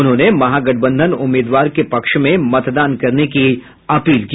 उन्होंने महागठबंधन उम्मीदवार के पक्ष में मतदान करने की अपील की